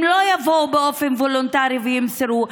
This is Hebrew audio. הם לא יבואו באופן וולונטרי וימסרו,